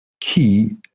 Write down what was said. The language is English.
key